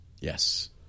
Yes